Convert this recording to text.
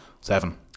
Seven